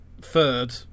third